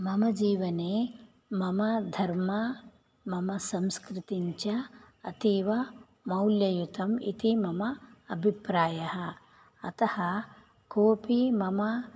मम जीवने मम धर्म मम संस्कृतिं च अतीव मौल्ययुतम् इति मम अभिप्रायः अतः कोपि मम